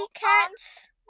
cats